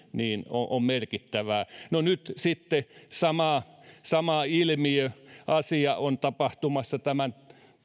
on merkittävää no nyt sitten sama ilmiö asia on tapahtumassa tämän